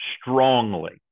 strongly